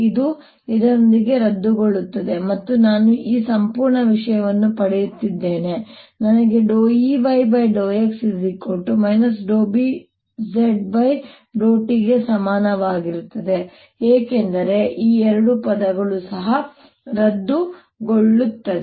ಇದು ಇದರೊಂದಿಗೆ ರದ್ದುಗೊಳ್ಳುತ್ತದೆ ಮತ್ತು ನಾನು ಈ ಸಂಪೂರ್ಣ ವಿಷಯವನ್ನು ಪಡೆಯುತ್ತಿದ್ದೇನೆ ನಂತರ ನನಗೆ Ey∂x Bz∂t ಗೆ ಸಮಾನವಾಗಿರುತ್ತದೆ ಏಕೆಂದರೆ ಈ ಎರಡು ಪದಗಳು ಸಹ ರದ್ದುಗೊಳ್ಳುತ್ತವೆ